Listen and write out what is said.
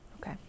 Okay